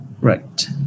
Right